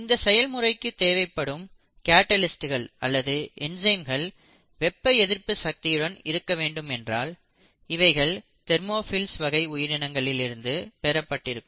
இந்த செயல்முறைக்கு தேவைப்படும் கேட்டலிஸ்டுகள் அல்லது என்சைம்கள் வெப்ப எதிர்ப்பு சக்தியுடன் இருக்க வேண்டும் என்றால் இவைகள் தெர்மோஃபில்ஸ் வகை உயிரினங்களில் இருந்து பெறப்பட்டிருக்கும்